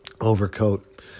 overcoat